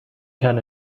can